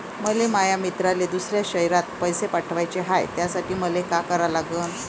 मले माया मित्राले दुसऱ्या शयरात पैसे पाठवाचे हाय, त्यासाठी मले का करा लागन?